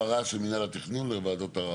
בתיקון המבוקש כאן,